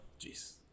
Jeez